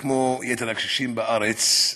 כמו יתר הקשישים בארץ,